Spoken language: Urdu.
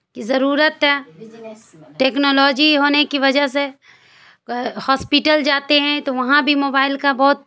کی ضرورت ہے ٹیکنالوجی ہونے کی وجہ سے ہاسپیٹل جاتے ہیں تو وہاں بھی موبائل کا بہت